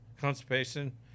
constipation